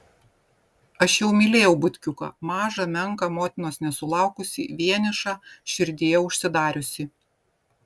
aš jau mylėjau butkiuką mažą menką motinos nesulaukusį vienišą širdyje užsidariusį